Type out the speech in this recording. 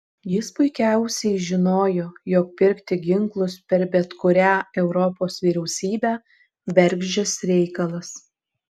jis puikiausiai žinojo jog pirkti ginklus per bet kurią europos vyriausybę bergždžias reikalas